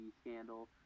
scandal